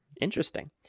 interesting